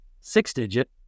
six-digit